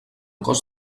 cos